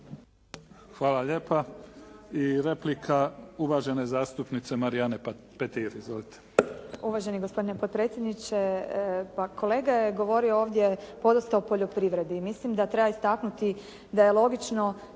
Hvala lijepa. I replika uvažene zastupnice Marijane Petir.